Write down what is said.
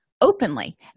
openly